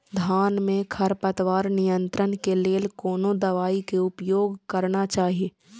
धान में खरपतवार नियंत्रण के लेल कोनो दवाई के उपयोग करना चाही?